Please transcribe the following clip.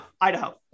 Idaho